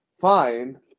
fine